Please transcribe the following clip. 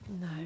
No